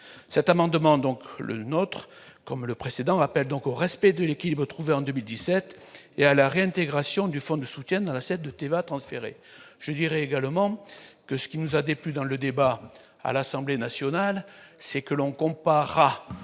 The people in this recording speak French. le nôtre comme le précédent appel donc au respect de l'équilibre trouvé en 2017 et à la réintégration du fonds de soutien dans l'assiette de Téva transféré je dirais également que ce qui nous a déplu dans le débat à l'Assemblée nationale, c'est que l'on comparera